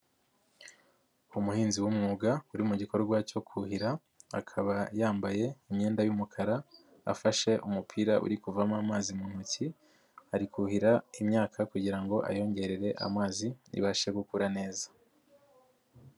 Umuhinzi w'umwuga uri mu gikorwa cyo kuhira, akaba yambaye imyenda y'umukara afashe umupira uri kuvamo amazi mu ntoki, ari kuhira imyaka kugira ngo ayongerere amazi ibashe gukura neza.